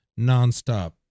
nonstop